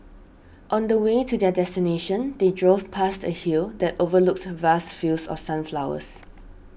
on the way to their destination they drove past a hill that overlooked vast fields of sunflowers